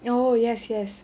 oh yes yes